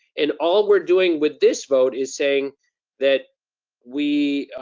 and all we're doing with this vote is saying that we,